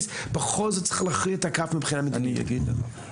בכל זאת צריך להכריע את הכף -- הוא גם